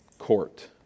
court